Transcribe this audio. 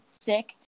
sick